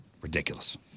Ridiculous